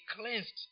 cleansed